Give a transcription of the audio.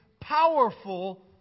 powerful